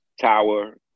Tower